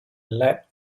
lead